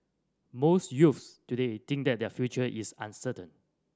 most youths today think that their future is uncertain